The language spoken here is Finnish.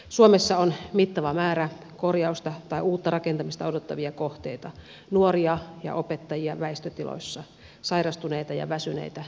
suomessa on mittava määrä korjausta tai uutta rakentamista odottavia kohteita nuoria ja opettajia väistötiloissa sairastuneita ja väsyneitä työntekijöitä